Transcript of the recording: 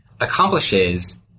accomplishes